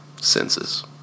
senses